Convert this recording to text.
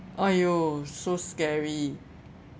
!aiyo! so scary